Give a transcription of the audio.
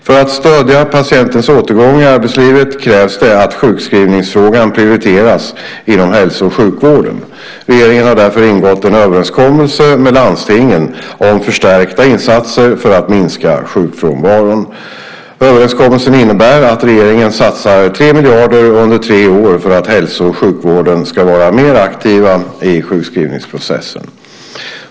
För att stödja patienters återgång i arbetslivet krävs det att sjukskrivningsfrågan prioriteras inom hälso och sjukvården. Regeringen har därför ingått en överenskommelse med landstingen om förstärkta insatser för att minska sjukfrånvaron. Överenskommelsen innebär att regeringen satsar 3 miljarder under tre år för att hälso och sjukvården ska vara mer aktiva i sjukskrivningsprocessen.